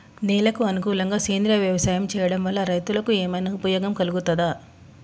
నేలకు అనుకూలంగా సేంద్రీయ వ్యవసాయం చేయడం వల్ల రైతులకు ఏమన్నా ఉపయోగం కలుగుతదా?